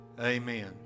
Amen